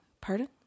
Pardon